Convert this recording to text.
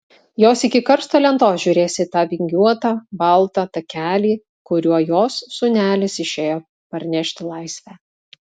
jos iki karsto lentos žiūrės į tą vingiuotą baltą takelį kuriuo jos sūnelis išėjo parnešti laisvę